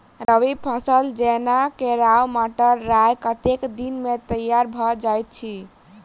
रबी फसल जेना केराव, मटर, राय कतेक दिन मे तैयार भँ जाइत अछि?